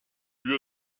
lui